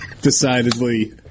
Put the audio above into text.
decidedly